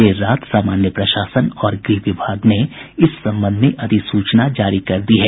देर रात सामान्य प्रशासन और गृह विभाग ने इस संबंध में अधिसूचना जारी कर दी है